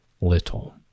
little